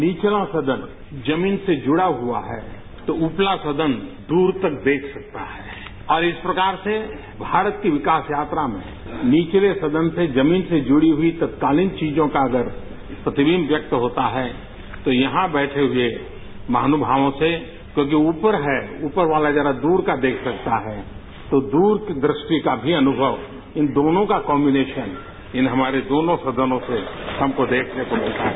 निचला सदन जमीन से जुड़ा हुआ है तो ऊपला सदन दूर तक देख सकता है और इस प्रकार से भारत की विकास यात्रा में निचले सदन से जमीन से जुड़ी हुई तत्कालीन चीजों का अगर प्रतिविंब व्यक्त होता है तो यहां बैठे हुए महानुमार्वो से क्योंकि ऊपर है क्योंकि रूपर वाला दूर का देख सकता है तो दूरदृष्टि का भी अनुषव इन दोनों का कॉम्बीनेशन इन हमारे दोनों सदनों से हमको देखने को मिलता है